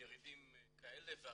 ירידים כאלה ואחרים,